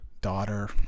daughter